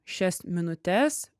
šias minutes